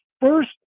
first